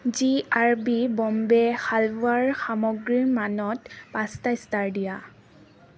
G R B Bombay হালৱাৰ সামগ্ৰীৰ মানত পাঁচটা ষ্টাৰ দিয়া